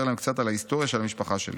להם קצת על ההיסטוריה של המשפחה שלי.